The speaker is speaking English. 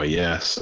yes